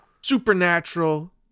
supernatural